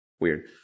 Weird